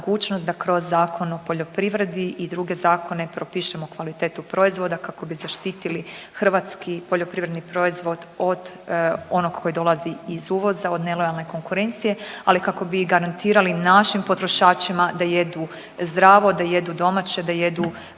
da kroz Zakon o poljoprivredi i druge zakone propišemo kvalitetu proizvoda kako bi zaštitili hrvatski poljoprivredni proizvod od onog koji dolazi iz uvoza od nelojalne konkurencije, ali kako bi i garantirali našim potrošačima da jedu zdravo, da jedu domaće, da jedu